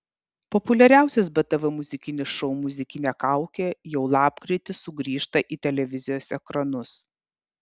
populiariausias btv muzikinis šou muzikinė kaukė jau lapkritį sugrįžta į televizijos ekranus